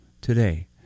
today